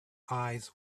eyes